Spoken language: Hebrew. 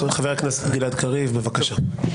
חבר הכנסת גלעד קריב, בבקשה.